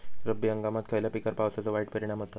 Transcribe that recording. रब्बी हंगामात खयल्या पिकार पावसाचो वाईट परिणाम होता?